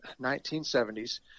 1970s